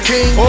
King